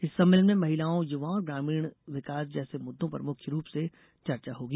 इस सम्मेलन में महिलाओं युवाओं और ग्रामीण विकास जैसे मुद्दों पर मुख्य रूप से चर्चा होगी